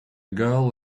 girl